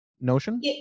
notion